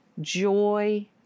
joy